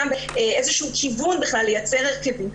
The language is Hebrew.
איזשהו כיוון בכלל לייצר הרכבים,